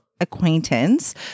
acquaintance